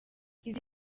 izi